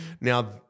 now